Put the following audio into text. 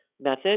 method